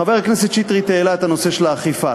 חבר הכנסת שטרית העלה את נושא האכיפה.